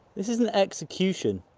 this is an execution.